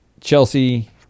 Chelsea